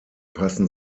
passen